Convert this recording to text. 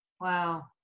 Wow